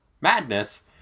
madness